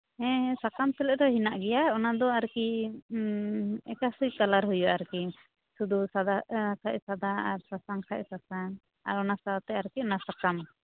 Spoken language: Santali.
ᱦᱮᱸ ᱥᱟᱥᱟᱝ ᱥᱮᱞᱮᱫ ᱫᱚ ᱦᱮᱱᱟᱜ ᱜᱮᱭᱟ ᱚᱱᱟ ᱫᱚ ᱟᱨᱠᱤ ᱮᱠᱟᱥᱤ ᱠᱟᱞᱟᱨ ᱦᱩᱭᱩᱜᱼᱟ ᱟᱨᱠᱤ ᱥᱩᱫᱩ ᱥᱟᱫᱟ ᱠᱷᱟᱡ ᱥᱟᱫᱟ ᱟᱨ ᱥᱟᱥᱟᱝ ᱠᱷᱟᱡ ᱥᱟᱥᱟᱝ ᱟᱨ ᱚᱱᱟ ᱥᱟᱶᱛᱮ ᱟᱨᱠᱤ ᱚᱱᱟ ᱥᱟᱥᱟᱝ